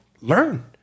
learn